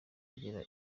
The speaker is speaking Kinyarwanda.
agera